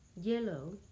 yellow